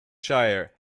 shire